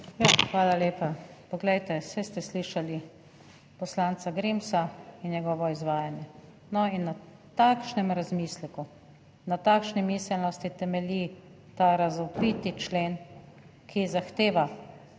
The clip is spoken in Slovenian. hvala lepa. Poglejte, saj ste slišali poslanca Grimsa in njegovo izvajanje. No, in na takšnem razmisleku, na takšni miselnosti temelji ta razvpiti člen, ki zahteva